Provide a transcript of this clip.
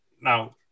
Now